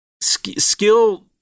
Skill